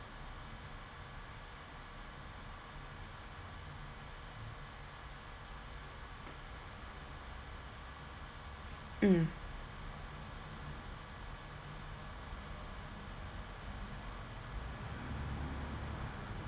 mm